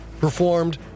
Performed